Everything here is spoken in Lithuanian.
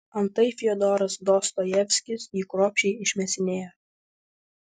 antai fiodoras dostojevskis jį kruopščiai išmėsinėjo